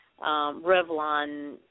Revlon